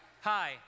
Hi